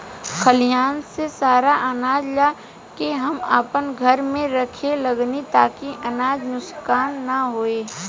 खलिहान से सारा आनाज ला के हम आपना घर में रखे लगनी ताकि अनाज नुक्सान ना होखे